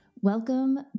Welcome